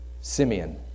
Simeon